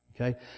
Okay